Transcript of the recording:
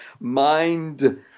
mind